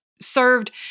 served